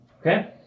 Okay